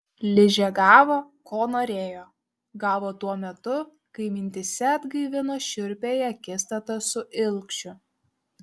ližė gavo ko norėjo gavo tuo metu kai mintyse atgaivino šiurpiąją akistatą su ilgšiu